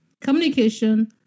communication